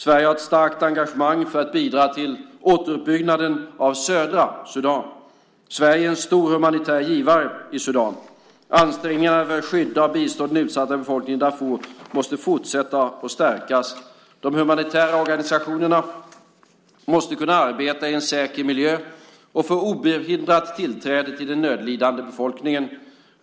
Sverige har ett starkt engagemang för att bidra till återuppbyggnaden av södra Sudan. Sverige är en stor humanitär givare i Sudan. Ansträngningarna för att skydda och bistå den utsatta befolkningen i Darfur måste fortsätta och stärkas. De humanitära organisationerna måste kunna arbeta i en säker miljö och få obehindrat tillträde till den nödlidande befolkningen.